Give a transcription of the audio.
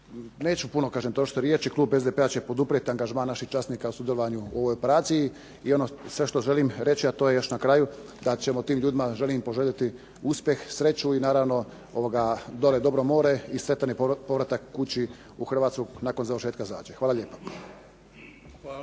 Neću kažem puno trošiti riječi. Klub SDP-a će poduprijeti angažman naših časnika u sudjelovanju u ovoj operaciji. I ono što želim reći na kraju, da tim ljudima želim uspjeh, sreću i naravno dolje dobro more i sretan povratak kući u Hrvatsku nakon završetka zadaće. Hvala lijepa.